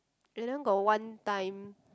and then got one time